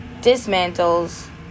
dismantles